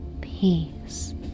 peace